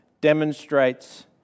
demonstrates